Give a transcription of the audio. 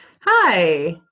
Hi